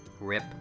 RIP